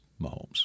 Mahomes